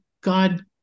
God